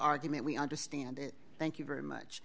argument we understand thank you very much